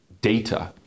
data